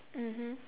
mmhmm